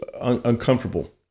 uncomfortable